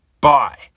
Bye